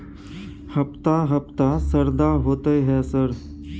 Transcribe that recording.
हफ्ता हफ्ता शरदा होतय है सर?